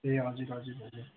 ए हजुर हजुर हजुर